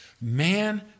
Man